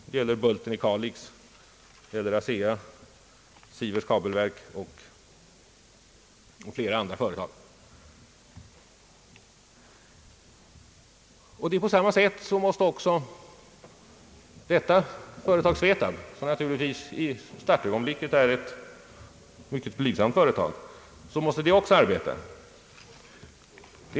Det gäller Bulten i Kalix, ASEA, Sieverts kabelverk och flera andra företag. SVETAB, som naturligtvis i startögonblicket är ett mycket blygsamt företag, måste också arbeta på samma sätt.